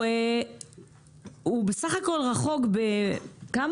הוא בסך הכול רחוק בכמה?